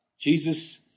Jesus